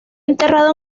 enterrado